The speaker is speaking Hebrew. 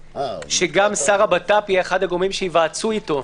שגם השר לביטחון פנים יהיה אחד הגורמים שייוועצו אתו.